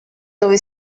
dove